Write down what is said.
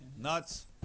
nuts